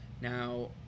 now